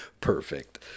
perfect